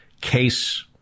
case